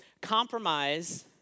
compromise